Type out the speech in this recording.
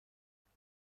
حالا